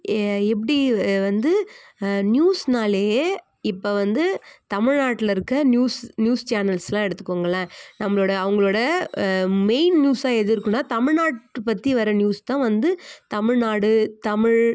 எ எப்படி வந்து நியூஸ்னாலேயே இப்போ வந்து தமிழ்நாட்டில் இருக்கற நியூஸ் நியூஸ் சேனல்ஸெல்லாம் எடுத்துக்கோங்களேன் நம்மளோடய அவங்களோட மெயின் நியூஸ்ஸாக எது இருக்குன்னால் தமிழ்நாட்டு பற்றி வர நியூஸ் தான் வந்து தமிழ்நாடு தமிழ்